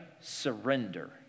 surrender